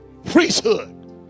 priesthood